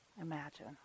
Imagine